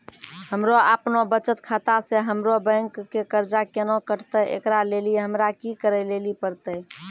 हमरा आपनौ बचत खाता से हमरौ बैंक के कर्जा केना कटतै ऐकरा लेली हमरा कि करै लेली परतै?